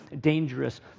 dangerous